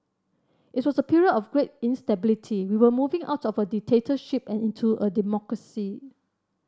it was a period of great instability we were moving out of a dictatorship and into a democracy